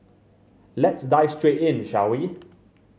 let's dive straight in shall we